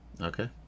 Okay